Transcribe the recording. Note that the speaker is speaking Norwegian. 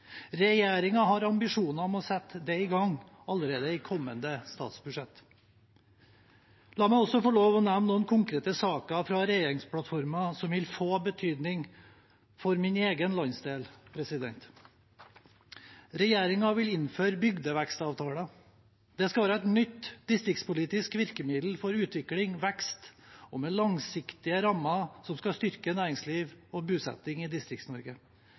har ambisjoner om å sette det i gang allerede i kommende statsbudsjett. La meg også få lov å nevne noen konkrete saker fra regjeringsplattformen som vil få betydning for min egen landsdel. Regjeringen vil innføre bygdevekstavtaler. Det skal være et nytt distriktspolitisk virkemiddel for utvikling og vekst, og med langsiktige rammer, som skal styrke næringsliv og bosetting i